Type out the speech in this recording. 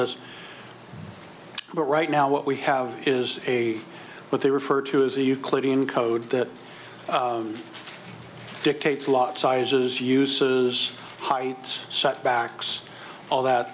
this but right now what we have is a what they refer to as a euclidean code that dictates a lot sizes uses heights setbacks all that